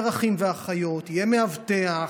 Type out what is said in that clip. יותר אחים ואחיות, יהיה מאבטח,